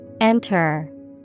Enter